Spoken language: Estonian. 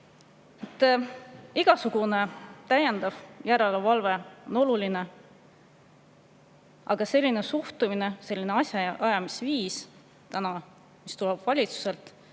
Igasugune täiendav järelevalve on oluline, aga selline suhtumine, selline asjaajamisviis, mis täna valitsusel